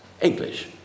English